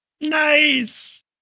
Nice